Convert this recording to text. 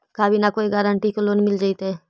का बिना कोई गारंटी के लोन मिल जीईतै?